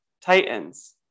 Titans